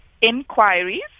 inquiries